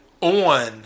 on